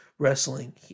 wrestling